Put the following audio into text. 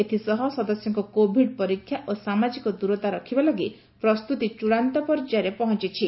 ଏହା ସହ ସଦସ୍ୟଙ୍କ କୋଭିଡ୍ ପରୀକ୍ଷା ସହ ସାମାଜିକ ଦୂରତା ରଖିବା ଲାଗି ପ୍ରସ୍ତୁତି ଚୂଡ଼ାନ୍ତ ପର୍ଯ୍ୟାୟରେ ପହଞ୍ଚିଛି